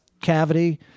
cavity